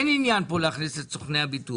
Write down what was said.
אין עניין כאן להכניס את סוכני הביטוח.